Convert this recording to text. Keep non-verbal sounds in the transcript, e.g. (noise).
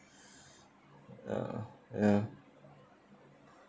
(breath) ya